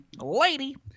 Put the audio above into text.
Lady